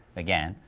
again,